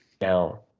Now